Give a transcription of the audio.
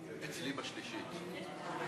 הוראת שעה),